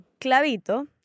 clavito